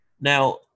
Now